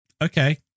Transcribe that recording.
Okay